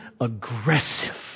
aggressive